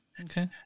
Okay